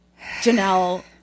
Janelle